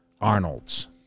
Arnolds